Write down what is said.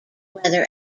weather